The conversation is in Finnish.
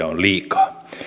on liikaa